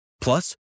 Plus